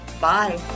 Bye